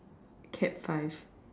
cat five